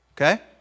okay